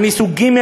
אני סוג ג'?